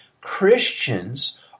Christians